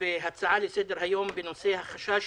הצעה לסדר היום בנושא: החשש